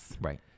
Right